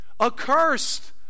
Accursed